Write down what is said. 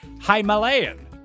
Himalayan